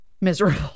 miserable